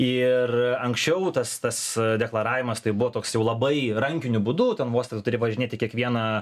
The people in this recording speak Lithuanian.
ir anksčiau tas tas deklaravimas tai buvo toks jau labai rankiniu būdu ten vos ten tu turi važinėt į kiekvieną